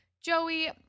Joey